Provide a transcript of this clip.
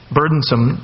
burdensome